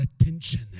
attention